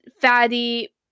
fatty